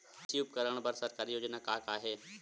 कृषि उपकरण बर सरकारी योजना का का हे?